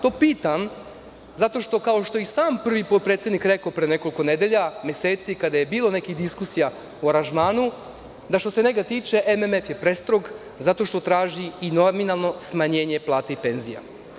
To pitam, zato što kao što je i sam prvi potpredsednik rekao pre nekoliko nedelja, meseci, kada je bilo nekih diskusija o aranžmanu, da što se njega tiče MMF je prestrog zato što traži i nominalno smanjenje plata i penzija.